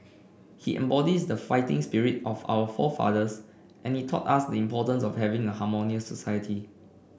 he embodies the fighting spirit of our forefathers and he taught us the importance of having a harmonious society